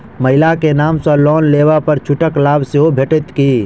महिला केँ नाम सँ लोन लेबऽ पर छुटक लाभ सेहो भेटत की?